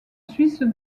suisse